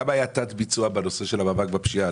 למה היה תת ביצוע בנושא של המאבק בפשיעה?